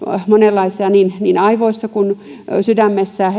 monenlaisia tuhoja soluissa monilla puolilla elimistöä niin aivoissa kuin sydämessä